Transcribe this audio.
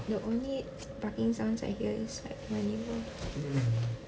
the only barking sounds I hear is like my neighbour